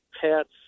pets